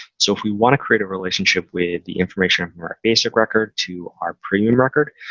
so if we want to create a relationship with the information from our basic record to our premium record,